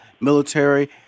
military